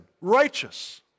righteous